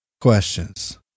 Questions